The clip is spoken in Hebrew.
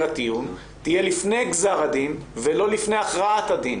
הטיעון תהיה לפני גזר הדין ולא לפני הכרעת הדין.